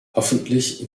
hoffentlich